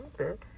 Okay